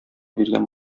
биргән